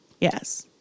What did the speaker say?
Yes